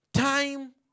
Time